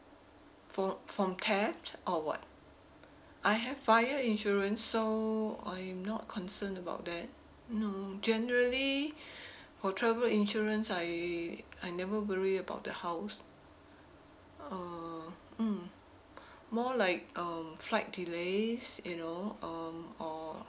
from from theft or what I have fire insurance so I'm not concerned about that no generally for travel insurance I I never worry about the house uh mm more like um flight delays you know um or